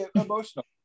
Emotional